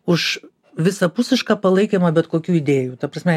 už visapusišką palaikymą bet kokių idėjų ta prasme